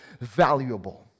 valuable